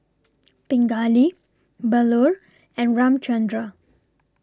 Pingali Bellur and Ramchundra